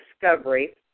discovery